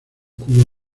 cubo